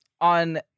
On